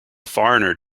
foreigner